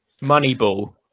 Moneyball